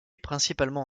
principalement